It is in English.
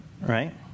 right